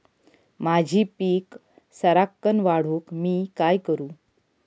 माझी पीक सराक्कन वाढूक मी काय करू?